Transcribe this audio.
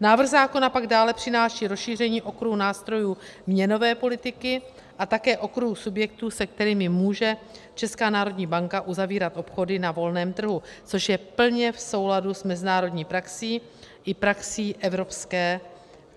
Návrh zákona pak dále přináší rozšíření okruhu nástrojů měnové politiky a také okruhu subjektů, se kterými může Česká národní banka uzavírat obchody na volném trhu, což je plně v souladu s mezinárodní praxí i praxí Evropské